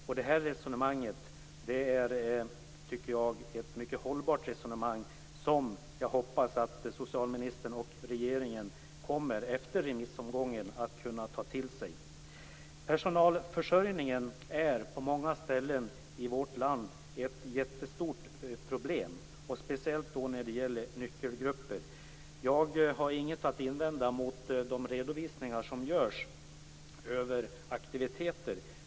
Jag tycker att detta är ett mycket hållbart resonemang, som jag hoppas att socialministern och regeringen kommer att kunna ta till sig efter remissomgången. Personalförsörjningen är på många ställen i vårt land ett jättestort problem, speciellt när det gäller nyckelgrupper. Jag har inget att invända mot de redovisningar som görs av aktiviteter.